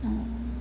uh